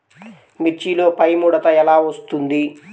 మిర్చిలో పైముడత ఎలా వస్తుంది?